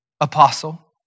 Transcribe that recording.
apostle